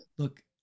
Look